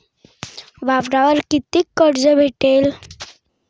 वावरावर कितीक कर्ज भेटन?